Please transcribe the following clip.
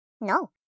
No